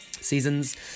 seasons